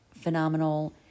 phenomenal